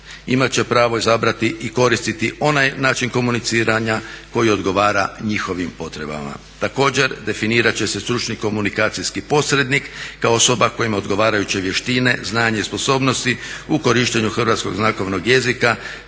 će pravo izabrati i koristiti onaj način komuniciranja koji odgovara njihovim potrebama. Također definirati će se stručni komunikacijski posrednik kao osoba koja ima odgovarajuće vještine, znanje i sposobnosti u korištenju hrvatskog znakovnog jezika